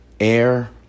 Air